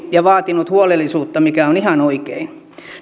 ja vaatinut huolellisuutta mikä on ihan oikein